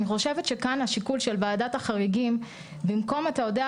אני חושבת שכאן השיקול של וועדת החריגים במקום לזרוק